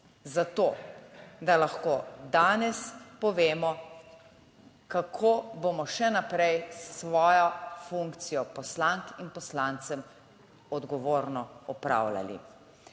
zato, da lahko danes povemo, kako bomo še naprej svojo funkcijo poslank in poslancev odgovorno opravljali.